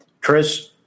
Chris